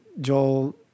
Joel